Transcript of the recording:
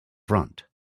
front